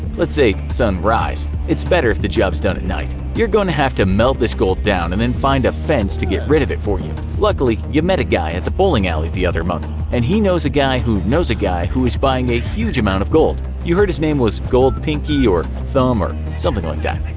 let's say sunrise. it's better if the job is done at night. you are going to have to melt this gold down and then find a fence to get rid of it for you. luckily you met a guy at the bowling alley the other month and he knows a guy who knows a guy who is buying a huge amount of gold. you heard his name was gold-pinky or thumb or something like that.